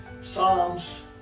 Psalms